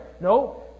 No